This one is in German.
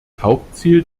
hauptziel